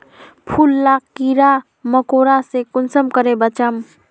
फूल लाक कीड़ा मकोड़ा से कुंसम करे बचाम?